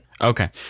Okay